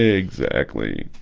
exactly